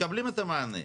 מקבלים את המענה.